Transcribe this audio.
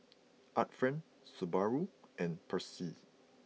art friend Subaru and Persil